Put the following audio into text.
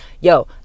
yo